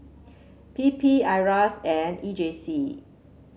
P P Iras and E J C